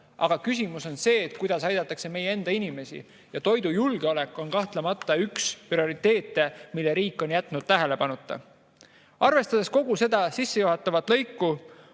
Aga küsimus on selles, kuidas aidatakse meie enda inimesi. Toidujulgeolek on kahtlemata üks prioriteete, mille riik on jätnud tähelepanuta. Arvestades kogu seda sissejuhatust,